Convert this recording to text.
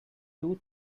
two